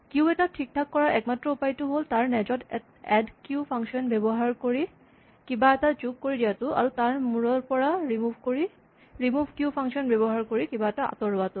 Q এটা ঠিক ঠাক কৰাৰ একমাত্ৰ উপায়টো হ'ল তাৰ নেজত এড কিউ ফাংচন ব্যৱহাৰ কৰি কিবা এটা যোগ দিয়াটো আৰু তাৰ মূৰৰ পৰা ৰিমোভ কিউ ফাংচন ব্যৱহাৰ কৰি কিবা এটা আতঁৰোৱাটো